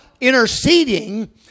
interceding